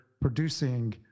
producing